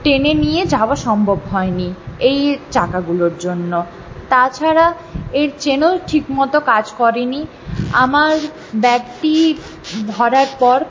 টেনে নিয়ে যাওয়া সম্ভব হয়নি এই চাকাগুলোর জন্য তাছাড়া এর চেনও ঠিকমতো কাজ করেনি আমার ব্যাগটি ভরার পর